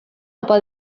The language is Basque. opa